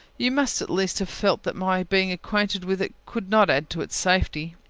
you must at least have felt that my being acquainted with it could not add to its safety.